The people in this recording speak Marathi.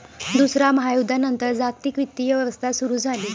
दुसऱ्या महायुद्धानंतर जागतिक वित्तीय व्यवस्था सुरू झाली